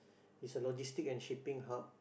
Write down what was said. is a logistic and shipping hub